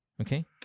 Okay